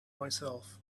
myself